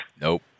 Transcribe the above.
Nope